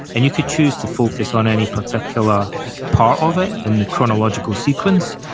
and you could choose to focus on any particular part of it, in the chronological sequence,